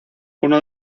uno